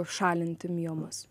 šalinti miomas